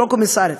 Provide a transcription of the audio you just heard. לא קומיסרית,